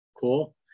Cool